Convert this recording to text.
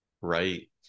Right